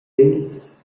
egls